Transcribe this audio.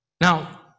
now